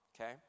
Okay